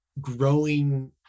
growing